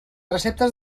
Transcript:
receptes